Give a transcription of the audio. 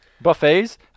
buffets